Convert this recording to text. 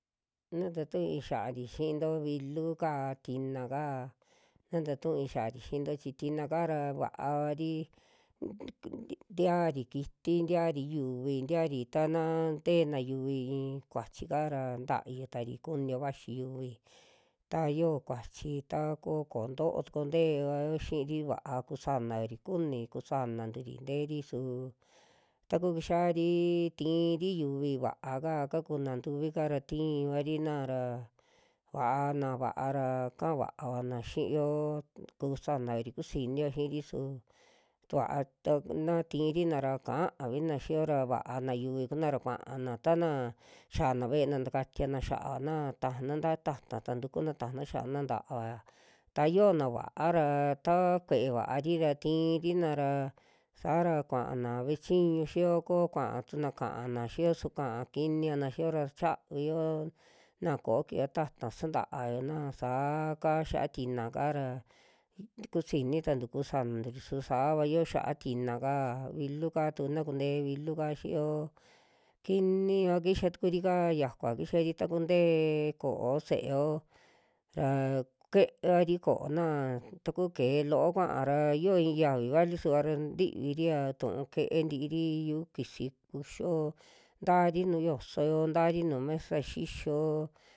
Na tatu'ui xaari xinto viluka, tinaka na tatu'ui xaari xinto chi tinaka ra va'avari, tiaari kiti, tiaari yuvii tiaari tana na nte'ena yuvi i'in kuachika ra ta'ayu taari kunio vaxi yuvi, ta yoo kuachi ta ko ko'ó too tukuo te'evao xiiri, va'a kusanaori kuni kusananturi nte'eri, su taku kixiari ti'iri yuvi va'aka kakuna ntu'uvi ra tivarina ra, vaa na va'ara ka'a va'avana xi'iyo, kusanaori kusinio xi'iri su vaa ta na ti'irina ra va'avina xiyo ra va'ana yuvi kuna ra kua'ana tana xa'ana ve'ena takatiana xia'ana, tajana ta'a ta'ta ta tukuna tajana xia'ana ta'avaya, ta yona va'ára taa kue'e vaari ra ti'irina ra saara kua'ana ve'e chiñu xi'iyo o ko kua'a tuna ka'ana xiyo, su ka'a kiniana xiiyo ra chiavio'na ko'o koyo ta'ta santaayona saa ka xia tinaka ra, kusini tantu kusananturi su saava yoo xia'a tina kaa, vilu kaa tu na kuntee vilika xiiyo kinivaa kixa tukurika, yakua kixari taku ntee ko'o se'eo ra keevari ko'ona, taku ke'e loo kuao ra yoo i'i yavi vali suva ra ntiviri ya tu'u ke'e ntiiri yu'u kisi kuxio ntaari nuu yosoyo, ntaari nuu mesa xixio.